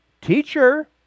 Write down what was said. teacher